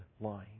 lying